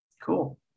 Cool